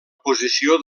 posició